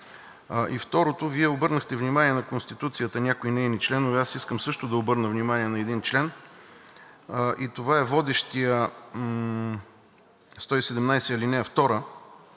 И второто, Вие обърнахте внимание на Конституцията, някои нейни членове. Аз искам също да обърна внимание на един член и това е водещият чл. 117, ал.